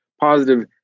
positive